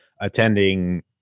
attending